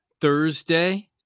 Thursday